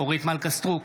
אורית מלכה סטרוק,